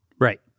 Right